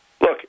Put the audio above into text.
Look